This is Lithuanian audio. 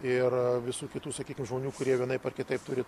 ir visų kitų sakykim žmonių kurie vienaip ar kitaip turi